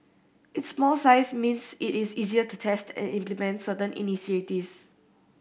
its small size means it is easier to test and implement certain initiatives